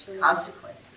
Consequence